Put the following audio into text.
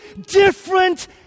different